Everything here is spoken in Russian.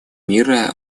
мира